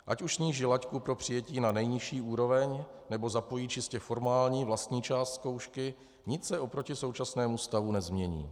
Ať už sníží laťku pro přijetí na nejnižší úroveň, nebo zapojí čistě formální vlastní část zkoušky, nic se oproti současnému stavu nezmění.